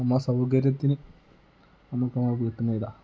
നമ്മളുടെ സൗകര്യത്തിന് നമുക്ക് നമ്മളുടെ വീട്ടിൽ നിന്ന് എഴുതാം